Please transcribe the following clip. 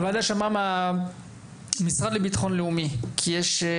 הוועדה שמעה מהמשרד לביטחון לאומי כי כוונה